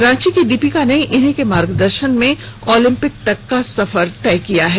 रांची की दीपिका ने इन्हीं के मार्गदर्शन में ओलंपिक तक का सफर तय किया है